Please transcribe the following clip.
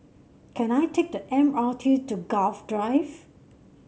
can I take the M R T to Gul Drive